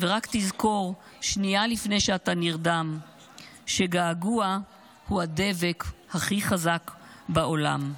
/ ורק תזכור שנייה לפני שאתה נרדם / שגעגוע הוא הדבק הכי חזק בעולם".